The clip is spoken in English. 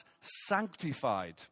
sanctified